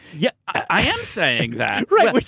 yeah, i am saying that. right,